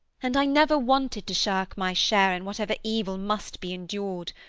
and i never wanted to shirk my share in whatever evil must be endured,